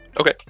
okay